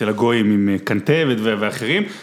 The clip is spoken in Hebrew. ‫של הגויים עם קנתבת ואחרים.